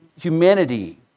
humanity